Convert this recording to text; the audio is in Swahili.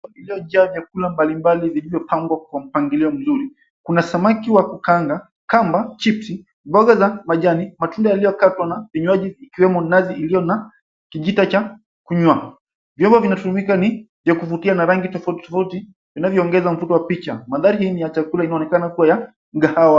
...viliojaa vyakula mbalimbali vilivyopangwa kwa mpangilio mzuri. Kuna samaki wa kukanga, kamba, chipsi, mboga za majani, matunda yaliyokatwa na vinywaji ikiwemo nazi iliyo na kijita cha kunywa. Vyombo vinatumika ni vya kuvutia na rangi tofauti tofauti vinavyoongeza mvuto wa picha. Mandhari hii ya chakula inaonekana kuwa ya mkahawa.